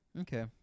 Okay